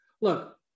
look